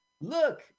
Look